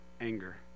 anger